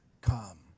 come